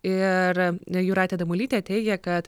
ir jūratė damulytė teigia kad